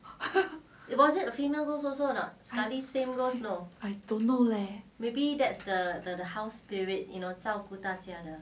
hmm I don't know leh